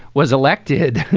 was elected.